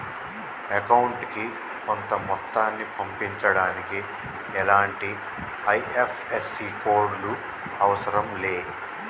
అకౌంటుకి కొంత మొత్తాన్ని పంపించడానికి ఎలాంటి ఐ.ఎఫ్.ఎస్.సి కోడ్ లు అవసరం లే